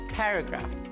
paragraph